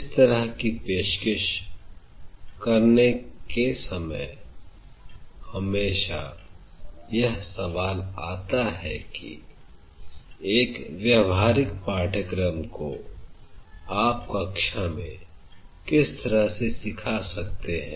इस तरह की पेशकश करने के समय हमेशा यह सवाल आता है कि एक व्यावहारिक पाठ्यक्रम को आप कक्षा में किस तरह से सिखा सकते हैं